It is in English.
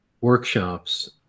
workshops